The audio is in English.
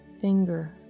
finger